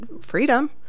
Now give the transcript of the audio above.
freedom